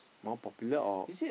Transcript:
more popular or